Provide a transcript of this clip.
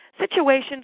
situations